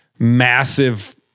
massive